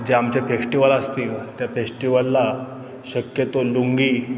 जे आमचे फेस्टिवल असतील त्या फेस्टिवलला शक्यतो लुंगी